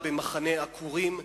במחנה עקורים,